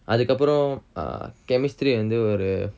அதுக்கப்புறம்:athukkappuram uh chemistry வந்து ஒரு:vanthu oru